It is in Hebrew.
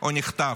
או נחטף.